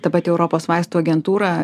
ta pati europos vaistų agentūra